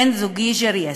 בן-זוגי ג'רייס,